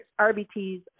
RBTs